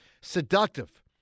seductive